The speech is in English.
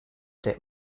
date